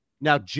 Now